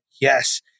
yes